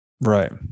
Right